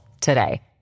today